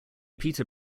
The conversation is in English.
peter